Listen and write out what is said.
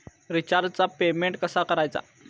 रिचार्जचा पेमेंट कसा करायचा?